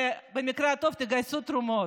ובמקרה הטוב תגייסו תרומות.